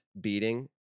beating